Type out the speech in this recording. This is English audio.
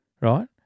right